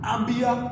Ambia